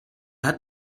hat